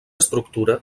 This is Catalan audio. estructura